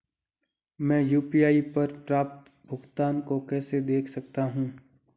मैं यू.पी.आई पर प्राप्त भुगतान को कैसे देख सकता हूं?